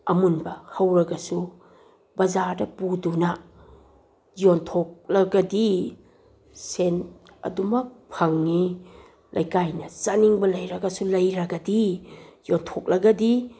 ꯑꯃꯨꯟꯕ ꯍꯧꯔꯒꯁꯨ ꯕꯖꯥꯔꯗ ꯄꯨꯗꯨꯅ ꯌꯣꯟꯊꯣꯛꯂꯒꯗꯤ ꯁꯦꯟ ꯑꯗꯨꯃꯛ ꯐꯪꯉꯤ ꯂꯩꯀꯥꯏꯅ ꯆꯥꯅꯤꯡꯕ ꯂꯩꯔꯒꯁꯨ ꯂꯩꯔꯒꯗꯤ ꯌꯣꯟꯊꯣꯛꯂꯒꯗꯤ